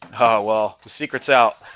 oh well, the secret's out